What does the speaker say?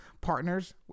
partners